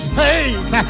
faith